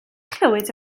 clywed